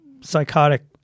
psychotic